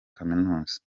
kaminuza